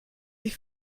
sie